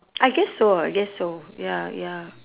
I guess so I guess so ya ya